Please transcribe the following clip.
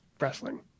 wrestling